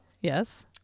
Yes